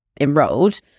enrolled